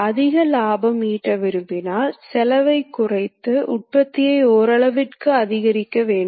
ஒரு முழுமையான அமைப்பில் இந்த இட அமைவு பிழை இருந்தாலும் இடம் பிழை இருக்காது